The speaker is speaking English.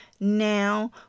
Now